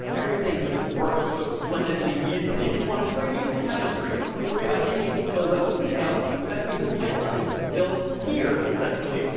everything just works so splendidly easily. if you want a string, you can have a string. you don't have to worry about any of these low level details. but that's because python is built here, conceptually,